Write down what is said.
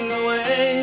away